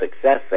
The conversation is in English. success